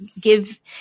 give